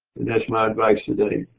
that's my advice today.